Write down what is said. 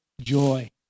joy